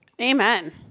Amen